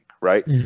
right